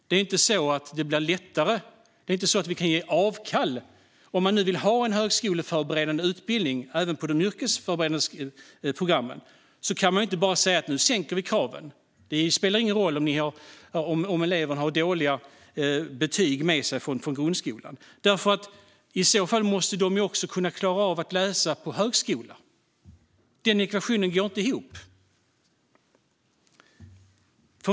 Det är ju inte så att det blir lättare eller att man kan göra avkall på utbildningarnas innehåll om man vill göra även de yrkesförberedande programmen högskoleförberedande. Man kan inte bara sänka kraven och säga att det inte spelar någon roll om eleverna har dåliga betyg med sig från grundskolan, för de måste ju också klara av att läsa på högskolan. Den ekvationen går inte ihop.